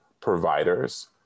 providers